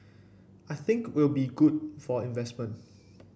I think will be good for investment